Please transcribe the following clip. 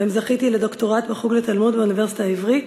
שבהם זכיתי לדוקטורט בחוג לתלמוד באוניברסיטה העברית,